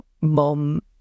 mom